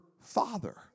father